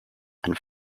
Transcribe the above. and